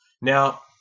Now